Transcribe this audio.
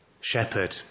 shepherd